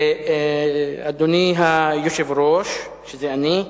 אדוני היושב-ראש, שזה אני,